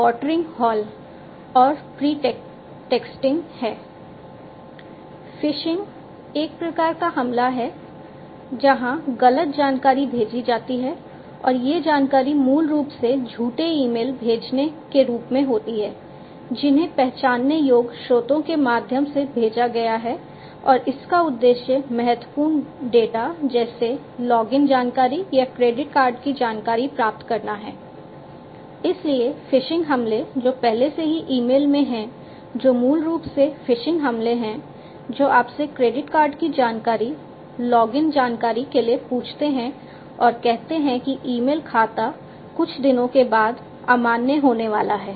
phishing हमले हैं जो आपसे क्रेडिट कार्ड की जानकारी लॉगिन जानकारी के लिए पूछते हैं और कहते हैं कि ईमेल खाता कुछ दिनों के बाद अमान्य होने वाला है